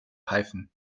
python